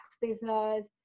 business